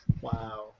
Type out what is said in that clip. Wow